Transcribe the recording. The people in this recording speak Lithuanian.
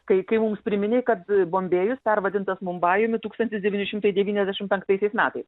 kai kai mums priminei kad bombėjus pervadintas mumbajumi tūkstantis devyni šimtai devyniasdešimt penktaisiais metais